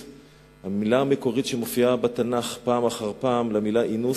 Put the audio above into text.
המלה המקורית שמופיעה בתנ"ך פעם אחר פעם למלה "אינוס"